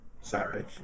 sorry